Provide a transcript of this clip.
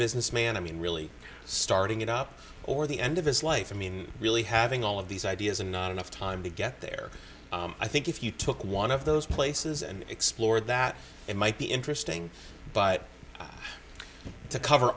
businessman i mean really starting it up or the end of his life i mean really having all of these ideas and not enough time to get there i think if you took one of those places and explored that it might be interesting but to cover